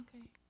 Okay